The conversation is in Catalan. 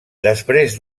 després